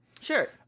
sure